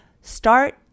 start